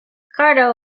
ricardo